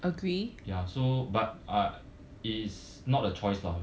ya so but I is not a choice lah